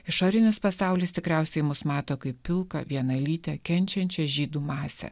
išorinis pasaulis tikriausiai mus mato kaip pilką vienalytę kenčiančią žydų masę